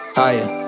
higher